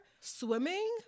swimming